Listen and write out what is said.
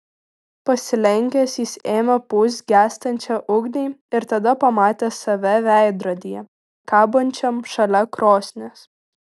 pasilenkęs jis ėmė pūst gęstančią ugnį ir tada pamatė save veidrodyje kabančiam šalia krosnies